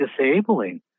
disabling